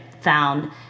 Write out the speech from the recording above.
found